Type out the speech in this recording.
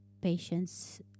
patients